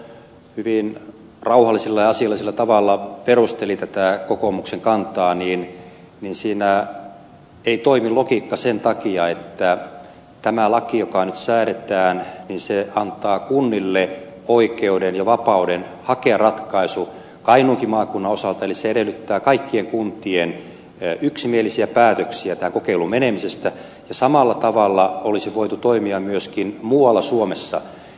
orpo hyvin rauhallisella ja asiallisella tavalla perusteli tätä kokoomuksen kantaa siinä ei toimi logiikka sen takia että tämä laki joka nyt säädetään antaa kunnille oikeuden ja vapauden hakea ratkaisu kainuunkin maakunnan osalta eli se edellyttää kaikkien kuntien yksimielisiä päätöksiä tähän kokeiluun menemisestä ja samalla tavalla olisi voitu toimia myöskin muualla suomessa